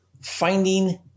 finding